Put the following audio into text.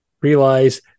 realize